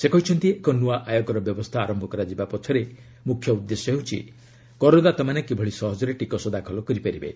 ସେ କହିଛନ୍ତି ଏକ ନ୍ତଆ ଆୟକର ବ୍ୟବସ୍ଥା ଆରମ୍ଭ କରାଯିବା ପଛରେ ମୁଖ୍ୟ ଉଦ୍ଦେଶ୍ୟ ହେଉଛି କରଦାତାମାନେ କିଭଳି ସହଜରେ ଟିକସ ଦାଖଲ କରିପାରିବେ